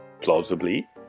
Plausibly